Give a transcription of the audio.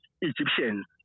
Egyptians